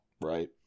Right